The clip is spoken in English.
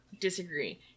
disagree